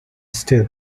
still